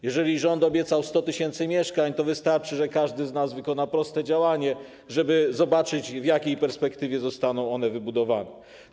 Jeżeli rząd obiecał 100 tys. mieszkań, to wystarczy, że każdy z nas wykona proste działanie, żeby zobaczyć, w jakiej perspektywie zostaną one wybudowane.